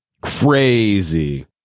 Crazy